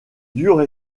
dure